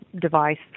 device